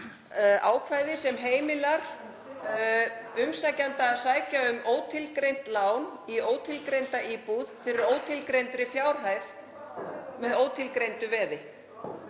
ákvæði sem heimilar umsækjanda að sækja um ótilgreint lán í ótilgreinda íbúð fyrir ótilgreinda fjárhæð með ótilgreindu veði.